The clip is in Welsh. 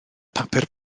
papur